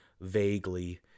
vaguely